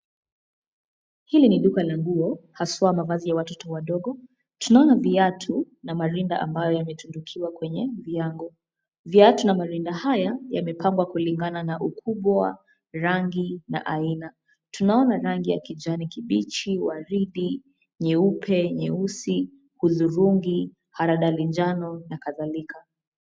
Hili ni duka la nguo haswa mavazi ya watoto wadogo, tunaona viatu na marinda ambayo yametundukiwa kwenye viango. Viatu na marinda haya yamepangwa kulingana na ukubwa, rangi na aina. Tunaona rangi ya kijani kibichi, waridi, nyeupe, nyeusi, hudhurungi, haradali njano na kadhalika.